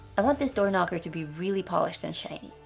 i want this door knocker to be really polished and shiny.